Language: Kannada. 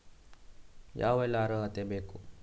ಯಾವೆಲ್ಲ ಅರ್ಹತೆ ಬೇಕು?